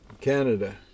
Canada